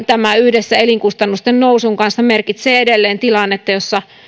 tämä yhdessä elinkustannusten nousun kanssa merkitsee edelleen tilannetta jossa